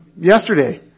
yesterday